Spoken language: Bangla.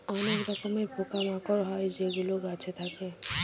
অনেক রকমের পোকা মাকড় হয় যেগুলো গাছে থাকে